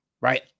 right